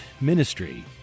ministry